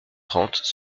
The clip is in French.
trente